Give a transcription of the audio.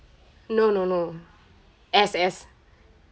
no no no S S